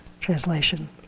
translation